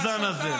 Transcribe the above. אדוני, היושב-ראש,